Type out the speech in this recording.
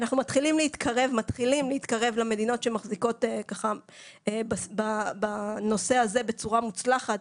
אנחנו מתחילים להתקרב למדינות שמחזיקות בנושא הזה בצורה מוצלחת